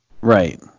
Right